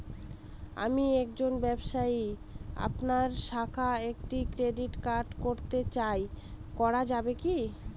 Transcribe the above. আমি একজন ব্যবসায়ী আপনার শাখায় একটি ক্রেডিট কার্ড করতে চাই করা যাবে কি?